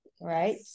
right